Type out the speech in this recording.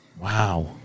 Wow